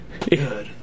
good